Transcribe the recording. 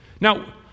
Now